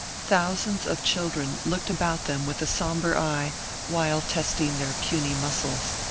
thousands of children looked about them with a somber eye while testing their puny muscles.